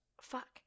fuck